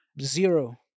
Zero